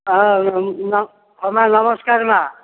ହଁ ମା' ନମସ୍କାର ମା'